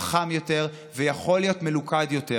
חכם יותר ויכול להיות מלוכד יותר.